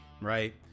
right